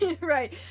Right